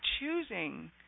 choosing